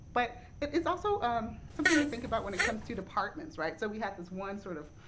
but it is also um something to think about when it comes to departments, right. so we had this one, sort of,